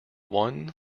one